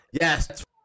Yes